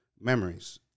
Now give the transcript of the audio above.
memories